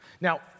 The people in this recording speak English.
Now